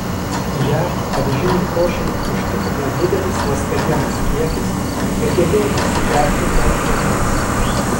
ją avižinei košei užtikrina didelis ląstelienos kiekis ir gebėjimas sugerti daug vandens